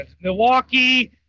Milwaukee